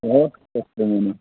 बेराद खस्थ' मोनो